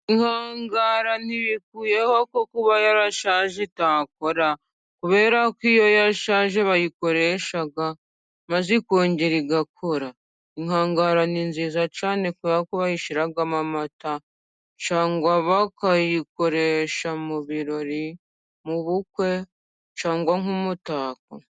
Inkangara ntibikuyeho ko kuba yarashaje itakora, kubera ko iyo yashaje bayikoresha, maze ikongera igakora. Inkangara ni nziza cyane kuko bayishyiramo amata, cyangwa bakayikoresha mu birori, mu bukwe, cyangwa nk'umutako.